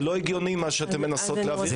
זה לא הגיוני מה שאתן מנסות להעביר פה.